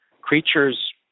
Creatures